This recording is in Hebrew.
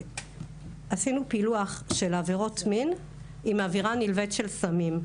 עשינו פילוח של עבירות מין עם עבירה נלווית של סמים.